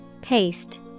Paste